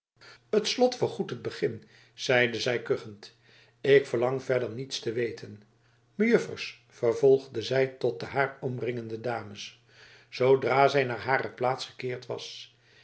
het slot vergoedt het begin zeide zij zuchtend ik verlang verder niets te weten mejuffers vervolgde zij tot de haar omringende dames zoodra zij naar hare plaats gekeerd was